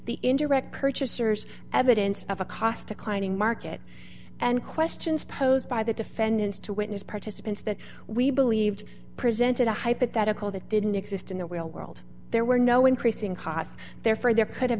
the internet purchasers evidence of a cost to cleaning market and questions posed by the defendants to witness participants that we believed presented a hypothetical that didn't exist in the real world there were no increase in costs therefore there could have